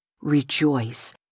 rejoice